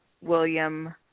William